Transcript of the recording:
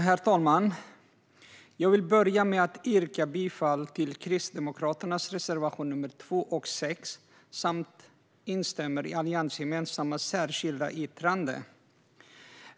Herr talman! Jag vill yrka bifall till Kristdemokraternas reservationer 2 och 6 samt instämma i vårt alliansgemensamma särskilda yttrande.